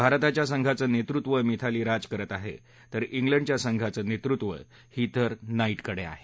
भारताच्या संघाचं नेतृत्व मिथाली राज करत आहे तर इंग्लडच्या संघाचं नेतृत्व हिथर नाईट करत आहे